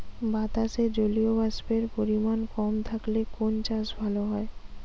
বাতাসে জলীয়বাষ্পের পরিমাণ কম থাকলে কোন চাষ ভালো হয়?